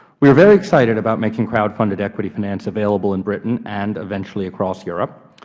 we are very excited about making crowdfunded equity finance available in britain and eventually across europe.